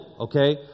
okay